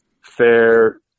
fair